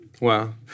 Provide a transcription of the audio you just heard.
Wow